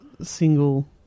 single